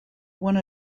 one